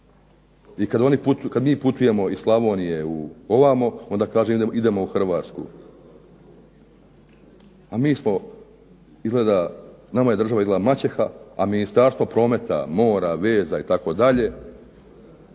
i kada mi putujemo iz Slavonije ovamo onda kažemo idemo u Hrvatsku. A mi smo izgleda nama je država izgleda maćeha a Ministarstvo prometa, mora i veza itd., je